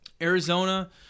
Arizona